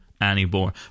anymore